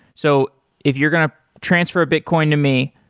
so if you're going to transfer bitcoin to me,